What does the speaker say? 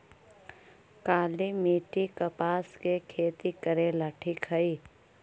काली मिट्टी, कपास के खेती करेला ठिक हइ?